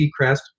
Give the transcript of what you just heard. Seacrest